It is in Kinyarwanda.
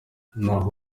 naho